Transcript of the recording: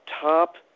top